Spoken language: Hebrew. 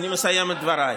אני מסיים את דבריי.